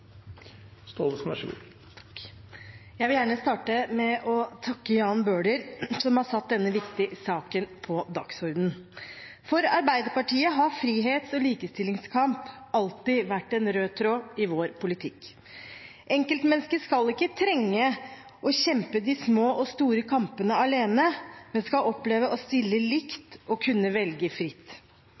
vil gjerne starte med å takke Jan Bøhler, som har satt denne viktige saken på dagsordenen. For Arbeiderpartiet har frihets- og likestillingskamp alltid vært en rød tråd i vår politikk. Enkeltmennesket skal ikke trenge å kjempe de små og store kampene alene, men skal oppleve å stille likt og kunne velge fritt.